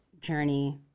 journey